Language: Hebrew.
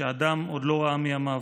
שאדם עוד לא ראה מימיו,